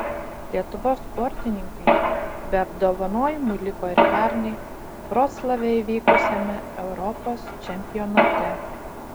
lietuvos sportininkai be apdovanojimų liko ir pernai vroclave įvykusiame europos čempionate